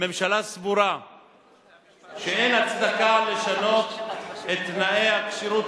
הממשלה סבורה שאין הצדקה לשנות את תנאי הכשירות